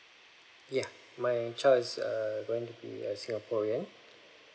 ya my child is a going to be a singaporean